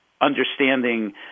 understanding